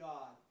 God